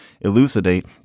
elucidate